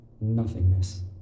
nothingness